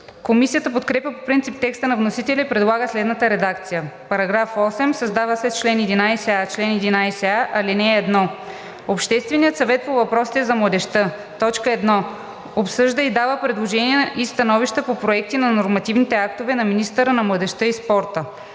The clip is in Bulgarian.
Комисията подкрепя по принцип текста на вносителя и предлага следната редакция на § 8: „§ 8. Създава се чл. 11а: „Чл. 11а. (1) Общественият съвет по въпросите за младежта: 1. обсъжда и дава предложения и становища по проекти на нормативни актове на министъра на младежта и спорта;